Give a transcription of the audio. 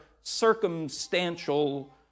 circumstantial